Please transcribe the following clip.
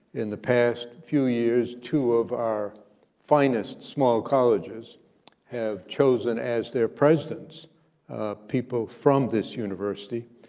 in the past few years two of our finest small colleges have chosen as their presidents people from this university.